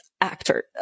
Actor